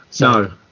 no